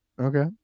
Okay